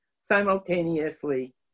simultaneously